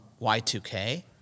Y2K